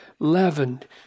leavened